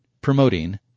promoting